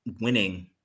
winning